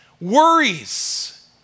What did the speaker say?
worries